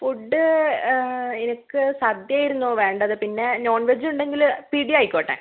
food എനിക്ക് സദ്യ ആയിരുന്നു വേണ്ടത് പിന്നെ നോൺവെജുണ്ടെങ്കിൽ പിടി ആയിക്കോട്ടെ